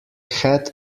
had